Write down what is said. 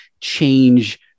change